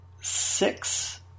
six